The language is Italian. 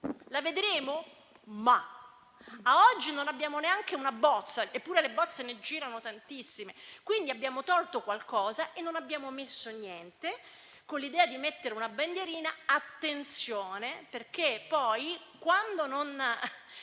la vedremo? Ad oggi non abbiamo neanche una bozza, eppure di bozze ne girano tantissime. Abbiamo tolto qualcosa e non abbiamo messo niente, con l'idea di fissare una bandierina. Attenzione: quando si